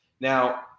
Now